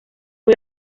fue